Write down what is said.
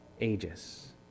ages